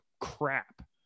crap